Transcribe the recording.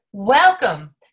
Welcome